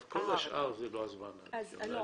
כל השאר זה לא הזמן עכשיו.